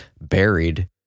buried